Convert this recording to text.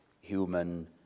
human